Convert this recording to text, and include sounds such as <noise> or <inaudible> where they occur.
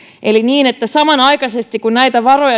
eli niin että samanaikaisesti kun näitä varoja <unintelligible>